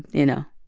you know,